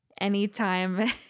anytime